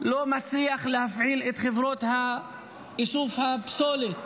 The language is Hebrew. ולא מצליח להפעיל את חברות איסוף הפסולת